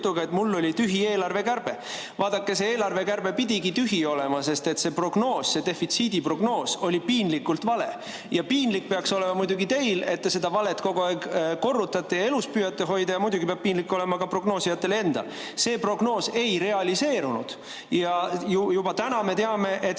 et mul oli tühi eelarvekärbe. Vaadake, see eelarvekärbe pidigi tühi olema, sest see prognoos, see defitsiidi prognoos oli piinlikult vale. Piinlik peaks olema muidugi teil, et te seda valet kogu aeg korrutate ja elus püüate hoida, ja muidugi peab piinlik olema ka prognoosijatel. See prognoos ei realiseerunud ja juba täna me teame, et